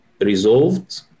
resolved